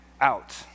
out